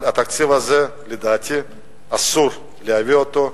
אבל התקציב הזה, לדעתי אסור להביא אותו.